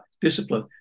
discipline